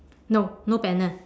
no no panel